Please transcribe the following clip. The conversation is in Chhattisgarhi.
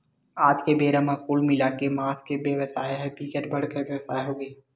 आज के बेरा म कुल मिलाके के मांस के बेवसाय ह बिकट बड़का बेवसाय होगे हे